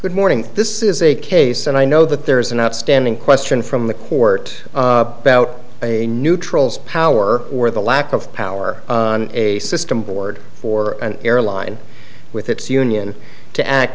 good morning this is a case and i know that there is an outstanding question from the court about a neutral's power or the lack of power on a system board for an airline with its union to act